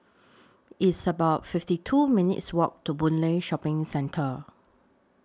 It's about fifty two minutes' Walk to Boon Lay Shopping Centre